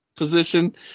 Position